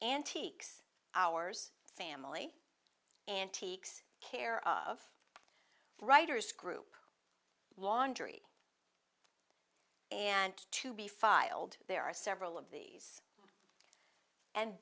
antiques hours family antiques care of writer's group laundry and to be filed there are several of these and